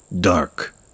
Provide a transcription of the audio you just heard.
dark